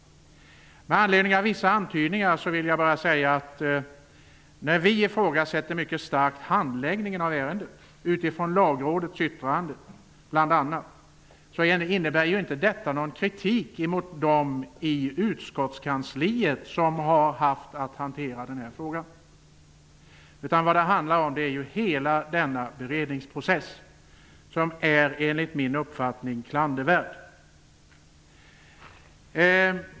Med anledning av vissa antydningar vill jag bara säga att det faktum att vi mycket starkt ifrågasätter handläggningen av ärendet, bl.a. utifrån Lagrådets yttrande, inte innebär någon kritik mot dem i utskottskansliet som har haft att hantera frågan. Vad det handlar om är hela beredningsprocessen, som enligt min uppfattning är klandervärd.